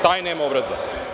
Taj nema obraza.